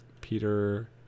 Peter